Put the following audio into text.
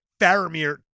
Faramir